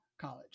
College